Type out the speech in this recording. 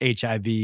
HIV